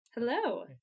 Hello